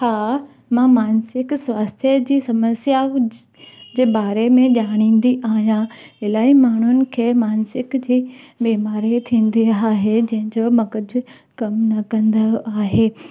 मां मानसिक स्वास्थ्य जी समस्या जे बारे में ॼाणींदी आहियां इलाही माण्हुनि खे मानसिक जी बीमारी थींदी आहे जंहिंजो मग़ज़ु कमु न कंदो आहे